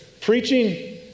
Preaching